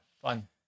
fun